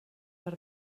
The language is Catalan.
per